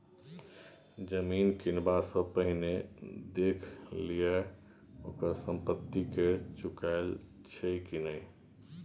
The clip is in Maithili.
जमीन किनबा सँ पहिने देखि लिहें ओकर संपत्ति कर चुकायल छै कि नहि?